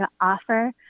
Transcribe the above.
offer